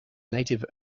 native